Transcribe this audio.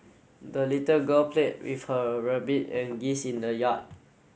the little girl played with her rabbit and geese in the yard